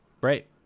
right